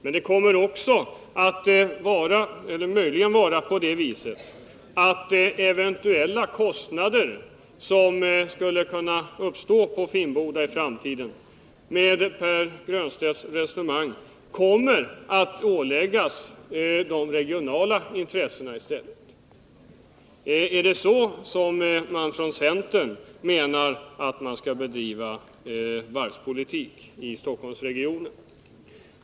Enligt Pär Granstedts resonemang kommer eventuella kostnader härför som i framtiden uppstår vid Finnboda möjligen att få bäras av de regionala intressena i stället. Är det så som centern menar att man skall bedriva varvspolitik i Stockholmsregionen?